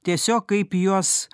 tiesiog kaip juos